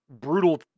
brutal